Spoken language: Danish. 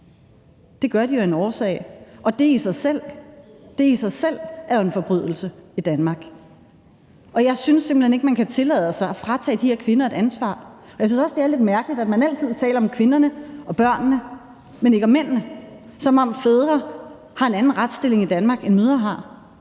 Det gør de jo af en årsag, og den er i sig selv en forbrydelse i Danmark. Jeg synes simpelt hen ikke, at man kan tillade sig at fratage de her kvinder deres ansvar. Jeg synes også, det er lidt mærkeligt, at man altid taler om kvinderne og børnene, men ikke om mændene, som om fædre har en anden retsstilling i Danmark, end mødre har.